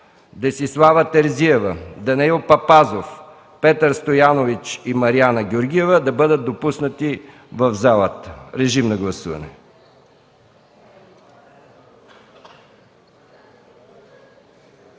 Десислава Терзиева, Данаил Папазов, Петър Стоянович и Марияна Георгиева да бъдат допуснати в залата. Режим на гласуване.